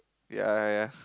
ya